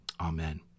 Amen